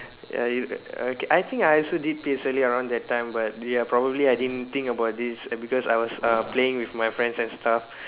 ya you okay I think I also did P_S_L_E around that time but ya probably I didn't think about this because I was uh playing around with my friends and stuff